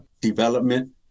development